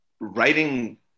writing